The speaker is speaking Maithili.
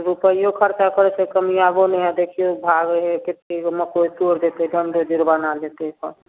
रुपैओ खरचा कऽ कऽ कनी आबो नहि हए देखिऔ भागै हइ केत्ते जे मकइ तोड़ देलकै दण्ड जुर्माना लेतै तऽ